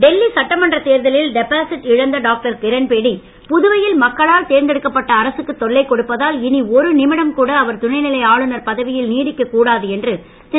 டெல்லி சட்டமன்றத் தேர்தலில் டெபாசிட் இழந்த டாக்டர் கிரண்பேடி புதுவையில் மக்களால் தேர்ந்தெடுக்கப்பட்ட அரசுக்கு தொல்லை கொடுப்பதால் இனி ஒரு நிமிடம் கூட அவர் துணை நிலை ஆளுநர் பதவியில் நீடிக்கக் கூடாது என்று திரு